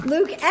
Luke